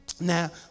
Now